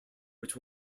which